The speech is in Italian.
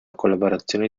collaborazione